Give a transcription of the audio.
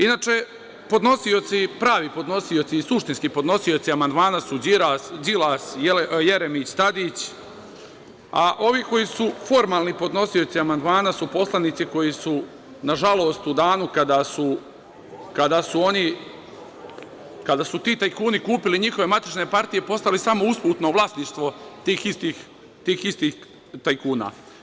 Inače, podnosioci, pravi podnosioci i suštinski podnosioci amandmana su Đilas, Jeremić, Tadić, a ovi koji su formalni podnosioci amandmana su poslanici koji su nažalost u danu kada su ti tajkuni kupili njihove matične partije postali samo usputno vlasništvo tih istih tajkuna.